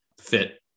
fit